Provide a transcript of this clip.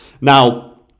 Now